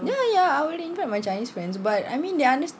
ya ya I will invite my chinese friends but I mean they understand